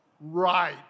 Right